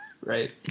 Right